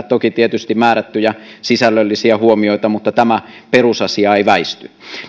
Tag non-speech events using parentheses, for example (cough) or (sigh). (unintelligible) toki tietysti esittää määrättyjä sisällöllisiä huomioita mutta tämä perusasia ei väisty